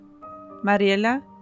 Mariela